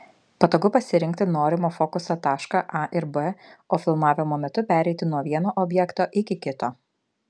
patogu pasirinkti norimą fokuso tašką a ir b o filmavimo metu pereiti nuo vieno objekto iki kito